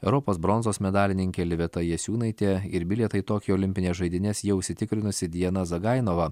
europos bronzos medalininkė liveta jasiūnaitė ir bilietą į tokijo olimpines žaidynes jau užsitikrinusi diana zagainova